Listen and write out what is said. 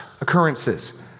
occurrences